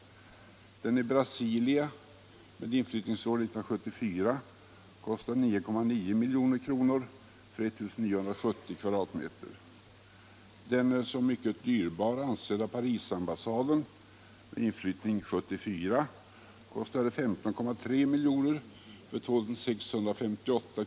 Den i Brasilia med inflyttningsåret 1974 kostade 9,9 milj.kr. för I 970 m”. Den som mycket dyrbar ansedda Parisambassaden, med inflyttning 1974, kostade 15,3 milj.kr. för 2658 m'.